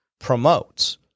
promotes